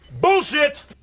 bullshit